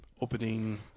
opening